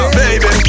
baby